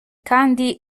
kandi